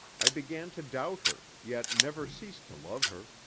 i began to doubt her, yet never ceased to love her.